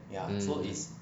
mm